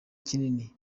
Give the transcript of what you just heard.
kinini